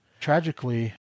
Tragically